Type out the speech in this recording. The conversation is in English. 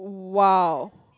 !wow!